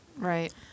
Right